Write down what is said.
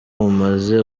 mumaze